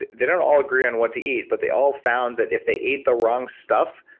they don't all agree on what to eat, but they all found that if they ate the wrong stuff,